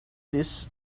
this